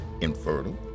infertile